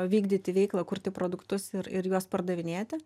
vykdyti veiklą kurti produktus ir ir juos pardavinėti